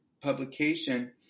publication